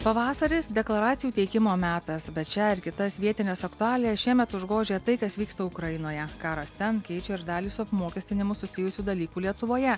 pavasaris deklaracijų teikimo metas bet šią ir kitas vietines aktualijas šiemet užgožia tai kas vyksta ukrainoje karas ten keičia ir dalį su apmokestinimu susijusių dalykų lietuvoje